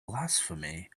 blasphemy